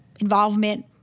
involvement